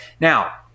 Now